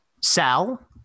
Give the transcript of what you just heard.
sal